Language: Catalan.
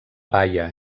baia